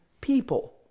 people